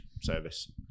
service